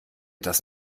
das